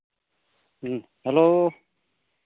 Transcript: hello